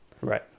Right